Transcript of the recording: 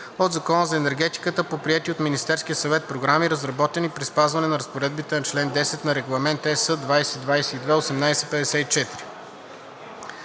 от Закона за енергетиката по приети от Министерския съвет програми, разработени при спазване на разпоредбите на чл. 10 на Регламент (ЕС) 2022/1854.